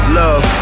love